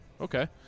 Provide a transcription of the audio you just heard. okay